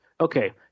Okay